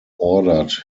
ordered